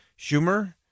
Schumer